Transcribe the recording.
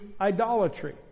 idolatry